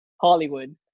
Hollywood